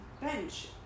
bench